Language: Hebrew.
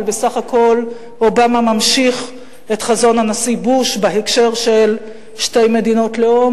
אבל בסך הכול אובמה ממשיך את חזון הנשיא בוש בהקשר של שתי מדינות לאום,